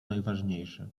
najważniejsze